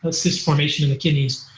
but cyst formation in the kidneys.